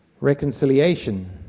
reconciliation